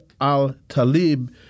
al-Talib